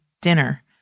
dinner